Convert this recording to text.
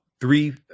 Three